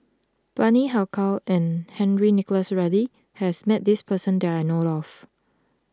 Bani Haykal and Henry Nicholas Ridley has met this person that I know of